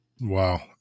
wow